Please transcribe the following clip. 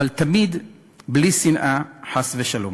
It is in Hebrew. אבל תמיד בלי שנאה, חס ושלום.